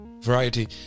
Variety